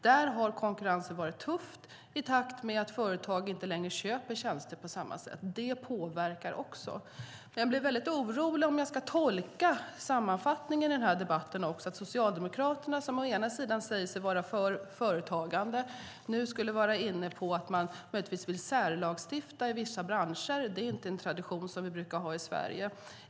Där har konkurrensen varit tuff eftersom företag inte längre köper tjänster på samma sätt som förut. Det påverkar också. Jag vet inte hur jag ska tolka sammanfattningen av debatten. Socialdemokraterna som säger sig vara för företagande är nu inne på att man vill särlagstifta för vissa branscher. Det är inte en tradition som vi har i Sverige.